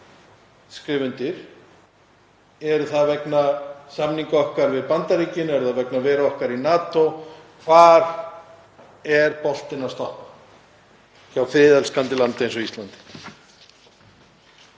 skrifa undir? Er það vegna samninga okkar við Bandaríkin eða vegna veru okkar í NATO? Hvar er boltinn að stoppa hjá friðelskandi land eins og Íslandi?